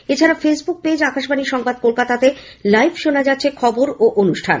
এছাড়াও Facebook page Akashvani সংবাদ কলকাতাতে লাইভ শোনা যাচ্ছে খবর ও অনুষ্ঠান